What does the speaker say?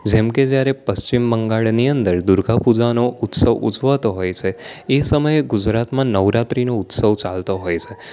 જેમકે જયારે પશ્ચિમ બંગાળની અંદર દુર્ગા પૂજાનો ઉત્સવ ઉજવાતો હોય છે એ સમય એ ગુજરાતમાં નવરાત્રિનો ઉત્સવ ચાલતો હોય છે